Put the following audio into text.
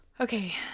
Okay